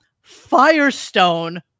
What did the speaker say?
Firestone